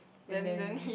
and then